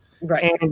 Right